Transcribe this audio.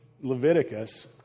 Leviticus